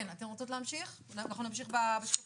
אנחנו נמשיך בשקפים.